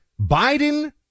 Biden